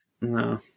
no